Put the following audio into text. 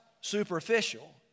superficial